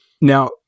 Now